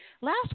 last